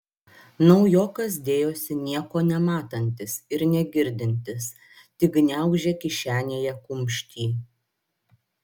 naujokas dėjosi nieko nematantis ir negirdintis tik gniaužė kišenėje kumštį